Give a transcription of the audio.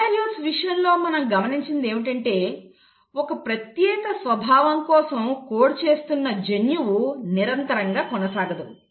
యూకారియోట్ల విషయంలో మనం గమనించినది ఏమిటంటే ఒక ప్రత్యేకమైన స్వభావం కోసం కోడ్ చేస్తున్న జన్యువు నిరంతరంగా కొనసాగదు